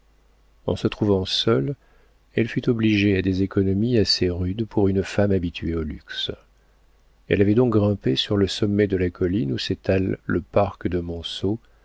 en se trouvant seule elle fut obligée à des économies assez rudes pour une femme habituée au luxe elle avait donc grimpé sur le sommet de la colline où s'étale le parc de